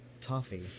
Toffee